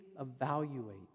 evaluate